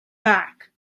back